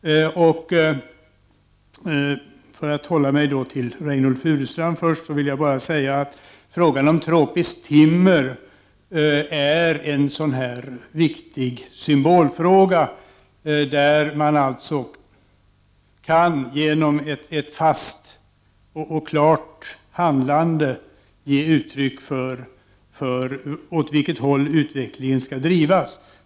För att hålla mig till Reynoldh Furustrand först, vill jag bara säga att frågan om tropiskt timmer är en viktig symbolfråga, där man genom ett fast och klart handlande kan ge uttryck för åt vilket håll utvecklingen skall drivas.